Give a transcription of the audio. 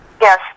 yes